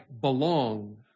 belong